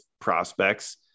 prospects